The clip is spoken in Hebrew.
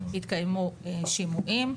התקיימו שימועים.